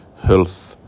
health